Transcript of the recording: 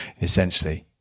essentially